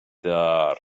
دار